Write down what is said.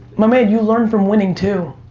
my man, you learn from winning too.